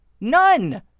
None